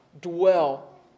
dwell